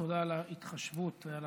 תודה על ההתחשבות ועל